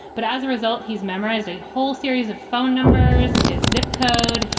but as a result, he's memorized a whole series of phone numbers, his zip code.